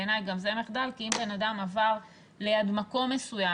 בעיניי גם זה מחדל כי אם בן אדם עבר ליד מקום מסוים,